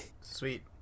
Sweet